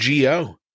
GO